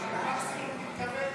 הסתייגות